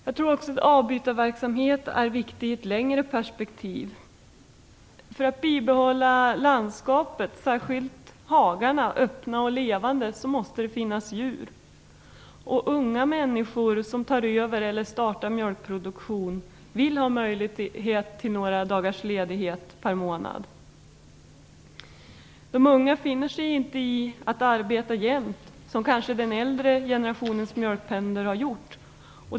Jag tror också att avbytarverksamhet är viktig i ett längre perspektiv. För att man skall kunna bibehålla landskapet, särskilt hagarna, öppet och levande måste det finnas djur. Unga människor som tar över eller startar mjölkproduktion vill ha möjlighet till några dagars ledighet per månad. De unga finner sig inte i att arbeta jämt, som kanske den äldre generationens mjölkbönder har gjort.